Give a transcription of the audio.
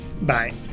Bye